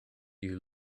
you